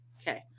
Okay